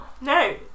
No